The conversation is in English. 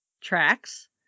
tracks